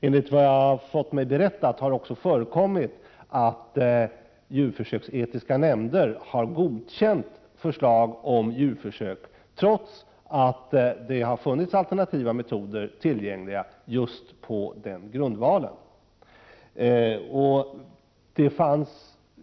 Enligt vad jag har hört har det också förekommit att djurförsöksetiska nämnder har godkänt förslag om djurförsök trots att det har funnits alternativa metoder tillgängliga just på den grundvalen.